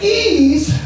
ease